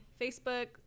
Facebook